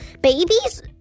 Babies